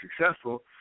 successful